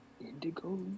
indigo